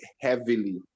heavily